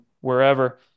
wherever